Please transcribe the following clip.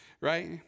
Right